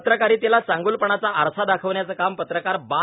पत्रकारितेला चांगूलपणाचा आरसा दाखवण्याचं काम पत्रकार बा